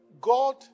God